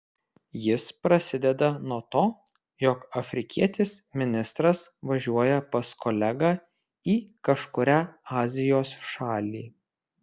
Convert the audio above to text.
jis prasideda nuo to jog afrikietis ministras važiuoja pas kolegą į kažkurią azijos šalį